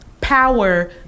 power